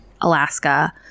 Alaska